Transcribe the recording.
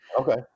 Okay